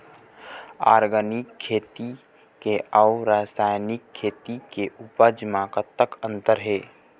Organic खेती के अउ रासायनिक खेती के उपज म कतक अंतर हे?